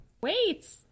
Wait